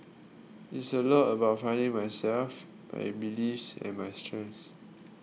it's a lot about finding myself my belief and my strength